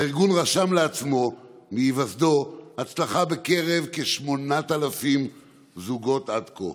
הארגון רשם לעצמו מהיווסדו הצלחה בקרב כ-8,000 זוגות עד כה.